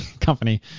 Company